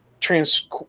trans